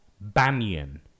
Banyan